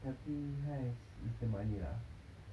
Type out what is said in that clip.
tapi !hais! is the money lah